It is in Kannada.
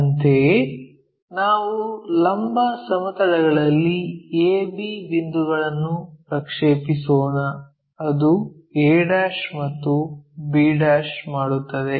ಅಂತೆಯೇ ನಾವು ಲಂಬ ಸಮತಲಗಳಲ್ಲಿ A B ಬಿಂದುಗಳನ್ನು ಪ್ರಕ್ಷೇಪಿಸೋಣ ಅದು a ಮತ್ತು b' ಮಾಡುತ್ತದೆ